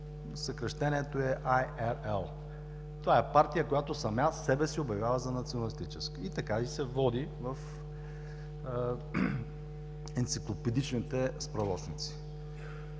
съкращението й е ARL. Това е партия, която сама себе си обявява за националистическа и така и се води в енциклопедичните справочници.